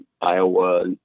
Iowa